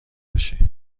باشی